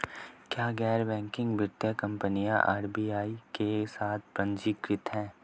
क्या गैर बैंकिंग वित्तीय कंपनियां आर.बी.आई के साथ पंजीकृत हैं?